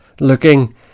looking